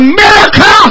America